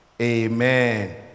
Amen